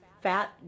fat